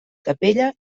capella